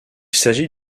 s’agit